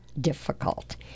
difficult